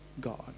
God